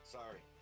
sorry